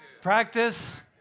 practice